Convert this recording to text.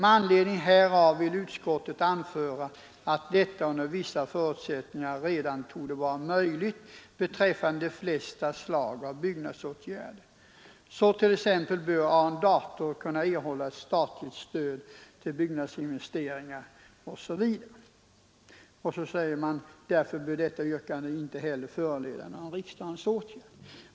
I anledning härav vill utskottet anföra att detta under vissa förutsättningar redan torde vara möjligt beträffande de flesta slag av byggnadsåtgärder, Så t.ex. bör arrendator kunna erhålla statligt stöd till byggnadsinvestering, ———”. Utskottet slutar med att säga att detta yrkande därför inte bör föranleda någon riksdagens åtgärd.